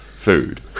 food